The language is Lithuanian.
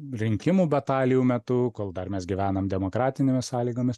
rinkimų batalijų metu kol dar mes gyvenam demokratinėmis sąlygomis